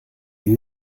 ihn